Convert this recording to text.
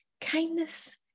Kindness